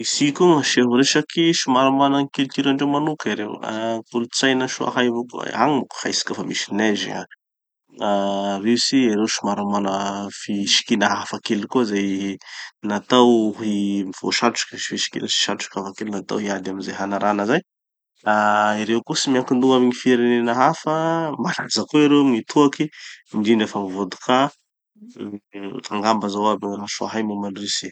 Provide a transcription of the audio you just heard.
i Russie koa gn'asia resaky. Somary mana gny culture-ndreo manoka ereo. Ah kolotsaina soa hay avao koa. Agny moa haitsika fa misy neige avy. Ah Russie, ereo somary mana fisikina hafa kely koa zay natao hi- voasatroky sy hisikina sy satroky agnatin'ny- natao hiady amy ze hanarana zay. Ereo koa tsy miankindoha amy firenena hafa. Masaky zao koa ereo amy gny toaky, indrindra fa gny vodka. Angamba zao aby gny raha soa momba an'i Russie.